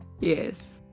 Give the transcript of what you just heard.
yes